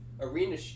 Arena